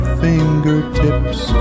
fingertips